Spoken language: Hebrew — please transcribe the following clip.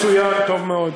מצוין, טוב מאוד.